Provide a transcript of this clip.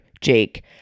Jake